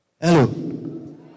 Hello